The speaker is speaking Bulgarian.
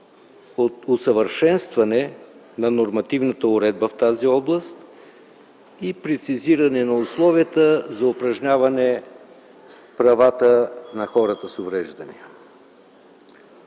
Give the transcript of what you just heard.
от усъвършенстване на нормативната уредба в тази област и прецизиране на условията за упражняване правата на хората с увреждания.